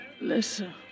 listen